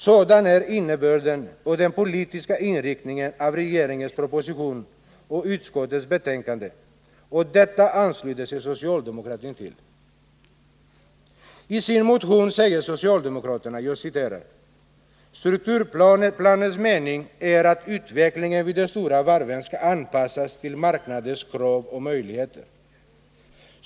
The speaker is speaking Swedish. Sådan är innebörden och den politiska inriktningen av regeringens proposition och utskottets betänkande, och detta ansluter sig socialdemokratin till. I sin motion säger socialdemokraterna: ”Strukturplanens mening är att utvecklingen vid storvarven skall anpassas till marknadens krav och möjligheter.